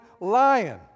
lion